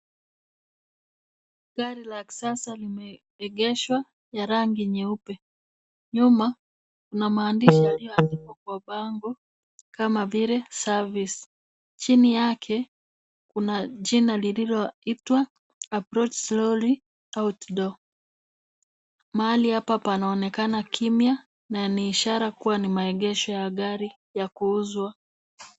Gari la kisasa limeegeshwa ya rangi nyeupe. Nyuma kuna maandishi yalioandikwa kwa bango kama vile (cs) service(cs) . Chini yake kuna jina linaloitwa approach slowly outdoor. Mahali hapa panaonekana kimya na ni ishara kuwa ni maegesho gari ya kuuzwa.